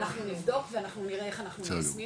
אנחנו נבדוק ואנחנו נראה איך אנחנו מיישמים